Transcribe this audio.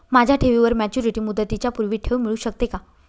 माझ्या ठेवीवर मॅच्युरिटी मुदतीच्या पूर्वी ठेव मिळू शकते का?